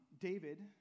David